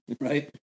right